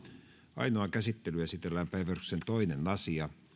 ainoaan käsittelyyn esitellään päiväjärjestyksen toinen asia